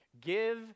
Give